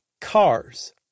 Cars